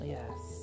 Yes